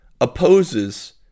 opposes